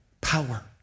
power